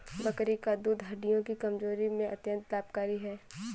बकरी का दूध हड्डियों की कमजोरी में अत्यंत लाभकारी है